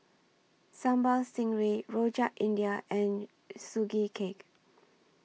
Sambal Stingray Rojak India and Sugee Cake